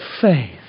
faith